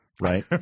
right